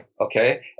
okay